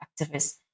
activists